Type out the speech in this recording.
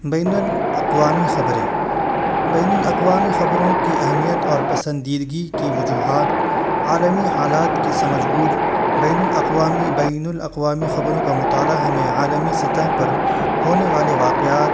بین الاقوامی خبریں بین الاقوامی خبروں کی اہمیت اور پسندیدگی کی وجوہات عالمی حالات کی سمجھ بوجھ بین الاقوامی بین الاقوامی خبروں کا مطالعہ ہمیں عالمی سطح پر ہونے والے واقعات